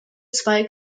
zwei